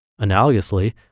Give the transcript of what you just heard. Analogously